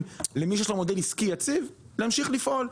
ממי שיש לו מודל עסקי יציב להמשיך לפעול.